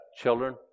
children